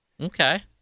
Okay